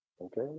Okay